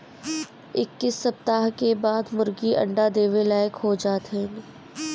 इक्कीस सप्ताह के बाद मुर्गी अंडा देवे लायक हो जात हइन